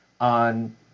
on